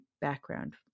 background